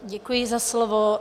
Děkuji za slovo.